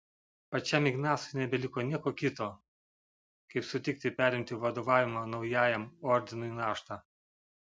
pačiam ignacui nebeliko nieko kito kaip sutikti perimti vadovavimo naujajam ordinui naštą